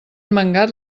mangat